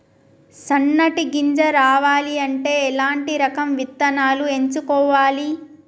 సన్నటి గింజ రావాలి అంటే ఎలాంటి రకం విత్తనాలు ఎంచుకోవాలి?